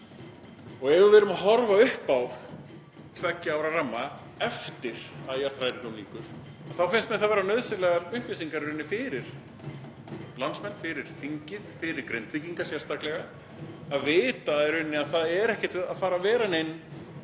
Ef við erum að horfa upp á tveggja ára ramma eftir að jarðhræringum lýkur þá finnst mér það vera nauðsynlegar upplýsingar í rauninni fyrir landsmenn, fyrir þingið, fyrir Grindvíkinga sérstaklega, að vita að það er ekki að fara að vera nein